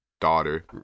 daughter